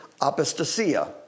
apostasia